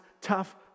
tough